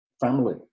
family